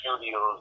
Studios